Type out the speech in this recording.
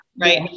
right